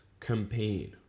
campaign